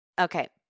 Okay